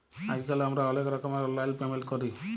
আইজকাল আমরা অলেক রকমের অললাইল পেমেল্ট ক্যরি